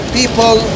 people